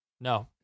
No